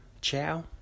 Ciao